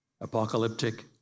apocalyptic